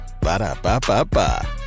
Ba-da-ba-ba-ba